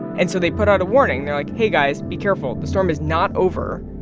and so they put out a warning. they're like, hey, guys. be careful. the storm is not over.